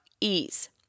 ease